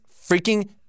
freaking